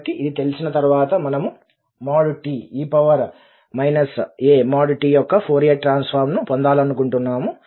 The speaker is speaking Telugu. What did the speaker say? కాబట్టి ఇది తెలిసిన తర్వాత మనము |t|e a|t| యొక్క ఫోరియర్ ట్రాన్సఫార్మ్ ను పొందాలనుకుంటున్నాము